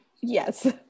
Yes